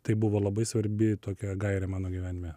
tai buvo labai svarbi tokia gairė mano gyvenime